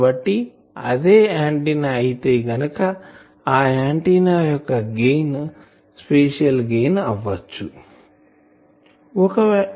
కాబట్టి అదే ఆంటిన్నా అయితే గనుక ఆ ఆంటిన్నా యొక్క గెయిన్ స్పేషియల్ గెయిన్ అవ్వచ్చు